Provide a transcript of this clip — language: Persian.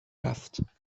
رفت